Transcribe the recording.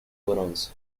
bronce